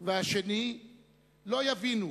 והשני לא יבינו,